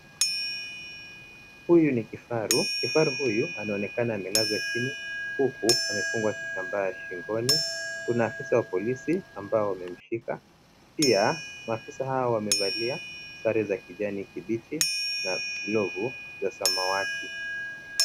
Huyu ni kifaru. Kifaru huyu anaonekana amelazwa chini huku amefungwa kitambaa shingoni. Kuna afisi wa polisi ambao wamemshika. Pia, maafisa hao wamevalia sare za kijani kibichi na glovu za samawati.